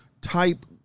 type